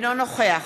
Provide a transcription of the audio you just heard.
אינו נוכח